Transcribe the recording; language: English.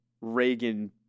Reagan